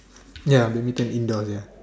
ya badminton indoors ya